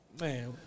Man